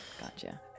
Gotcha